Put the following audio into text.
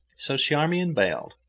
so charmian bailed,